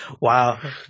Wow